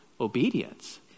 obedience